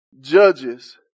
Judges